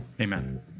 Amen